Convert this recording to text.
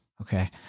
okay